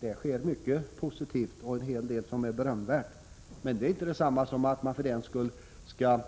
Där sker mycket positivt och en hel del som är berömvärt. Men det är inte detsamma som att man för den skull skall